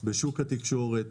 בשוק התקשורת,